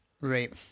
Right